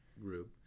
Group